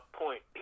point